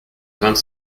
vingt